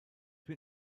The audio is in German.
bin